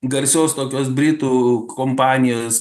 garsios tokios britų kompanijos